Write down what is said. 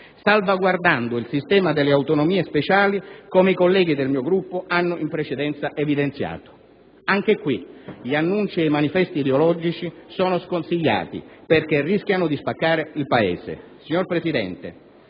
salvaguardando il sistema delle autonomie speciali, come i colleghi del mio Gruppo hanno in precedenza evidenziato. Anche in questo caso gli annunci ed i manifesti ideologici sono sconsigliati perché rischiano di spaccare il Paese. Signor Presidente,